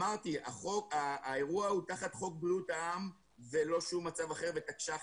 אמרתי שהאירוע הוא תחת חוק בריאות העם ולא שום דבר אחר ותקש"חים.